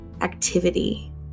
activity